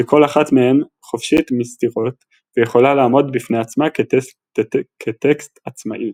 שכל אחת מהן חופשית מסתירות ויכולה לעמוד בפני עצמה כטקסט עצמאי.